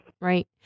Right